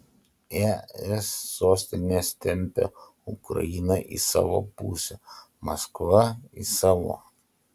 es sostinės tempia ukrainą į savo pusę maskva į savo